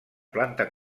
planta